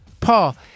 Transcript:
Paul